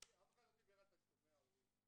--- אף אחד לא דיבר על תשלומי הורים.